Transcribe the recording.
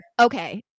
Okay